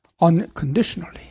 unconditionally